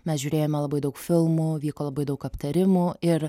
mes žiūrėjome labai daug filmų vyko labai daug aptarimų ir